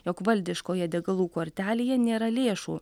jog valdiškoje degalų kortelėje nėra lėšų